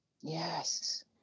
Yes